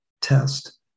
test